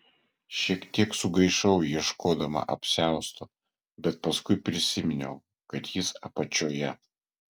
šiek tiek sugaišau ieškodama apsiausto bet paskui prisiminiau kad jis apačioje